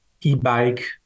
e-bike